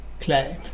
claim